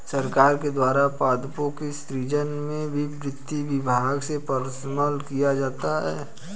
सरकार के द्वारा पदों के सृजन में भी वित्त विभाग से परामर्श किया जाता है